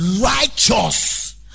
righteous